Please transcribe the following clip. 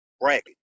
bracket